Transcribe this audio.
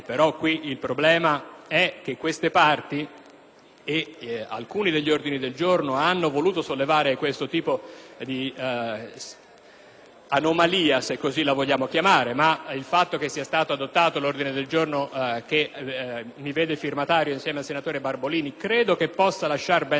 Alcuni degli ordini del giorno presentati hanno voluto sollevare questo tipo di anomalia, se così la vogliamo chiamare, e il fatto che sia stato accolto l'ordine del giorno G106, di cui sono firmatario insieme al senatore Barbolini, credo che possa lasciare ben sperare sulla possibilità di riuscire a trovare una corsia preferenziale